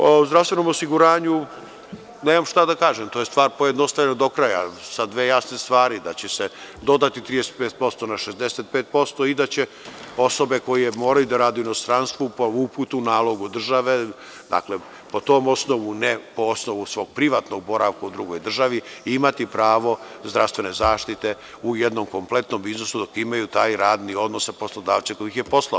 O zdravstvenom osiguranju nemam šta da kažem, ta je stvar pojednostavljena do kraja, sa dve jasne stvari, da će se dodati 35% na 65% i da će osobe koje moraju da rade u inostranstvu po uputu, nalogu države, dakle, po tom osnovu, ne po osnovu svog privatnog boravka u drugoj državi, imati pravo zdravstvene zaštite u jednom kompletnom iznosu, dok imaju taj radni odnos sa poslodavcem koji ih je poslao.